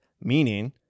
meaning